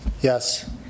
Yes